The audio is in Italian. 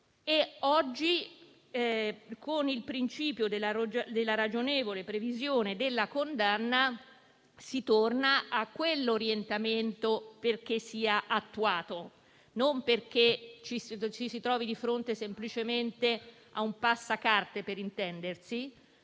Oggi, con il principio della ragionevole previsione della condanna, si torna a quell'orientamento perché sia attuato, non perché ci si trovi di fronte semplicemente a un passacarte, per intenderci,